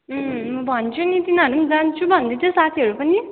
अँ भन्छु नि तिनीहरू पनि जान्छु भन्दै थियो साथीहरू पनि